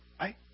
right